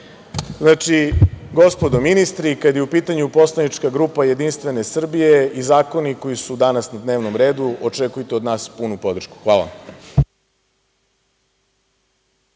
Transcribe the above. završi. Gospodo ministri, kad je u pitanju poslanička grupa Jedinstvene Srbije i zakoni koji su danas na dnevnom redu očekujte od nas punu podršku. Hvala